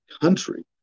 country